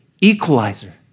equalizer